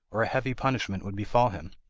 or a heavy punishment would befall him.